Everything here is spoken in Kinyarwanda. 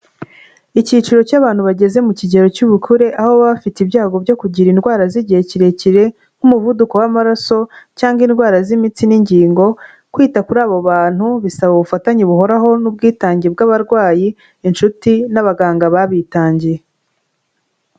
Icyiciro cy'abantu bageze mu kigero cy'ubukure aho baba bafite ibyago byo kugira indwara z'igihe kirekire, nk'umuvuduko w'amaraso cyangwa indwara z'imitsi n'ingingo, kwita kuri abo bantu bisaba ubufatanye buhoraho n'ubwitange bw'abarwayi, inshuti n'abaganga babitangiye.